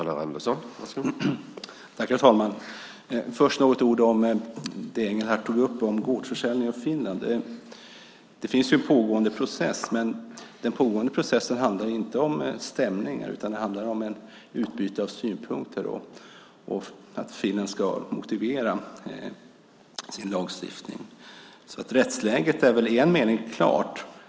Herr talman! Låt mig först säga några ord om det som Engelhardt tog upp om gårdsförsäljningen i Finland. Det finns en pågående process, men den handlar inte om stämningar utan om ett utbyte av synpunkter och att Finland ska motivera sin lagstiftning. Rättsläget är väl i en mening klart.